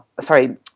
sorry